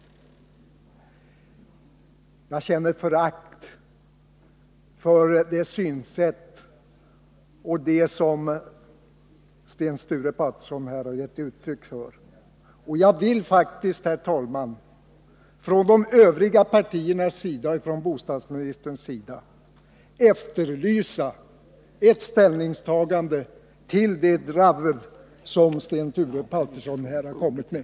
Jag känner förakt för det synsätt som här kommer fram, för det som Sten Sture Paterson gett uttryck för. Och jag vill faktiskt, herr talman, från de Övriga partiernas sida och från bostadsministerns sida efterlysa ett ställningstagande till det dravel som Sten Sture Paterson här har kommit med.